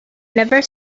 never